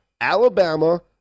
Alabama